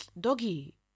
doggy